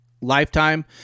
lifetime